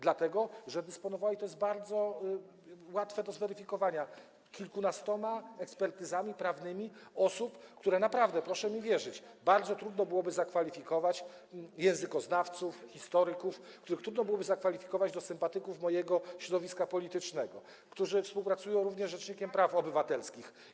Dlatego że dysponowała - i to jest bardzo łatwe do zweryfikowania - kilkunastoma ekspertyzami prawnymi osób, które naprawdę, proszę mi wierzyć, bardzo trudno byłoby zakwalifikować... językoznawców, historyków, których trudno byłoby zakwalifikować do sympatyków mojego środowiska politycznego, którzy współpracują również z rzecznikiem praw obywatelskich.